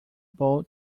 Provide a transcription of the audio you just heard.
bow